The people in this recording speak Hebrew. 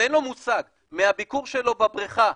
ואין לו מושג, מהביקור שלו בבריכה,